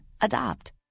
Adopt